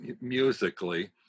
musically